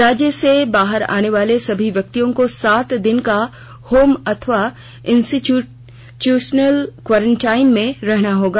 राज्य के बाहर से आने वाले सभी व्यक्तियों को सात दिन का होम अथवा इंस्टीट्यूशनल क्वारेंटाइन में रहना होगा